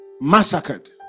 massacred